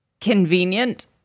convenient